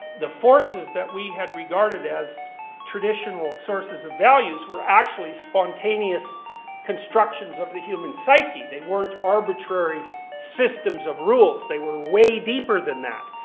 the forces that we had regarded as traditional sources of values were actually spontaneous constructions of the human psyche. they weren't arbitrary systems of rules. they were way deeper than that.